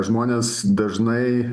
žmonės dažnai